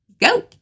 go